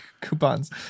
coupons